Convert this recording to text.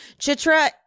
Chitra